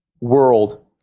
world